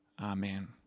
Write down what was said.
amen